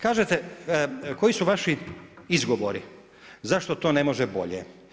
Kažete koji su vaši izgovori zašto to ne može bolje.